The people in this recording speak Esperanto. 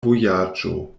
vojaĝo